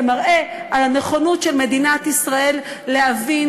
זה מראה על הנכונות של מדינת ישראל להבין